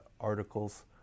articles